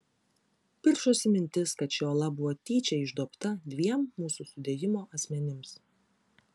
piršosi mintis kad ši ola buvo tyčia išduobta dviem mūsų sudėjimo asmenims